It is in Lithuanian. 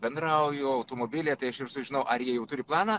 bendrauju automobilyje tai aš ir sužinau ar jie jau turi planą